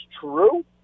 true